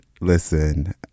listen